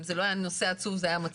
אם זה לא היה נושא עצוב זה היה מצחיק.